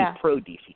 pro-DC